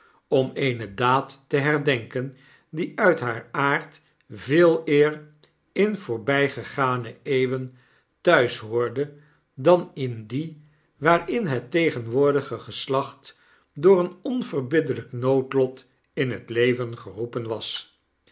om eene daad te herdenken die uit haar aard veeleer in voorbijgegane eeuwen thuis behoorde dan in die waarin het tegenwoordige geslacht door een onverbiddelijk noodlot in het leven geroepen was